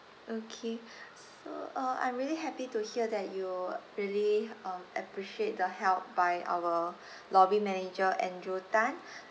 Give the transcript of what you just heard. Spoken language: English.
okay so uh I'm really happy to hear that you really uh appreciate the help by our lobby manager andrew Tan